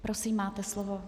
Prosím, máte slovo.